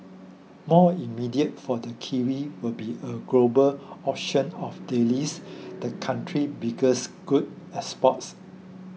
more immediate for the kiwi will be a global auction of dairies the country's biggest goods exports